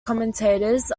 commentators